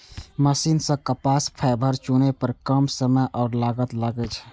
machine सं कपास fibre चुनै पर कम समय आ लागत लागै छै